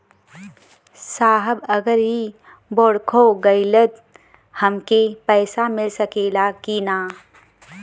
साहब अगर इ बोडखो गईलतऽ हमके पैसा मिल सकेला की ना?